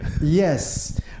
Yes